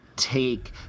take